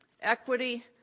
equity